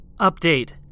Update